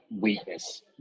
weakness